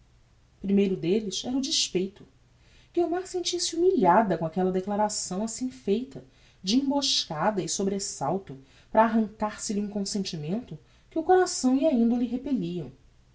primeiro delles era o despeito guiomar sentia-se humilhada com aquella declaração assim feita de emboscada e sobresalto para arrancar se lhe um consentimento que o coração e a indole repelliam